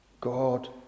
God